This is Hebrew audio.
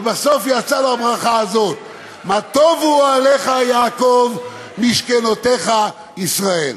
ובסוף יצאה לו הברכה הזאת: "מה טבו אהליך יעקב משכנתיך ישראל".